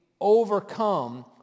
overcome